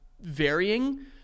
varying